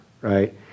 right